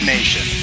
Nation